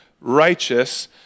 righteous